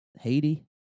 Haiti